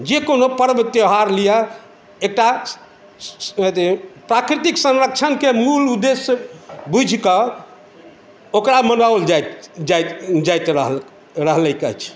जे कोनो पर्ब त्योहार लिअ एकटा अथी प्राकृतिक संरक्षणके मूल उद्देश्य बुझिकऽ ओकरा मनाओल जाइत रहल रहलै अछि